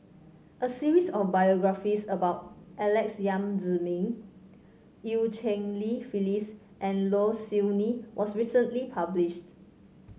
a series of biographies about Alex Yam Ziming Eu Cheng Li Phyllis and Low Siew Nghee was recently published